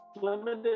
limited